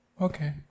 okay